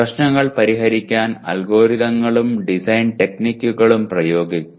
പ്രശ്നങ്ങൾ പരിഹരിക്കാൻ അൽഗോരിതങ്ങളും ഡിസൈൻ ടെക്നിക്കുകളും പ്രയോഗിക്കുക